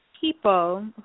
people